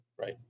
right